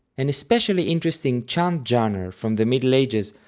an especially interesting chant genre from the middle ages,